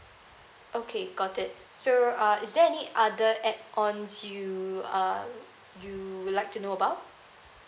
okay got it so uh is there any other add ons you uh you would like to know about